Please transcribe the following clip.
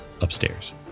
upstairs